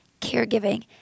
caregiving